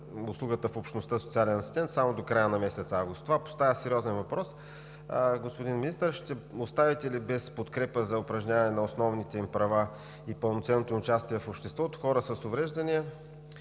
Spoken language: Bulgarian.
в общността „социален асистент“ само до края на месец август. Това поставя сериозен въпрос: господин Министър, ще оставите ли без подкрепа за упражняване на основните им права и пълноценното им участие в обществото хора с увреждания,